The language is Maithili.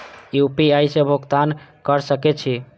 यू.पी.आई से भुगतान क सके छी?